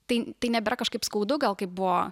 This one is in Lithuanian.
tai tai nebėra kažkaip skaudu gal kaip buvo